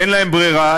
אין להם ברירה,